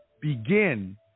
begin